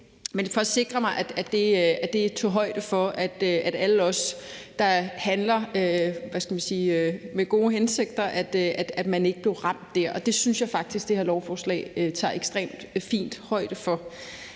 og at alle os, der handler, hvad skal man sige, med gode hensigter, ikke bliver ramt der. Og det synes jeg faktisk at det her lovforslag tager ekstremt fint højde for.